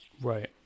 Right